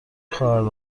خواهد